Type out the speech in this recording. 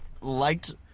liked